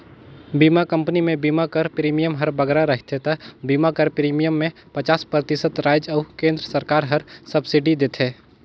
बीमा कंपनी में बीमा कर प्रीमियम हर बगरा रहथे ता बीमा कर प्रीमियम में पचास परतिसत राएज अउ केन्द्र सरकार हर सब्सिडी देथे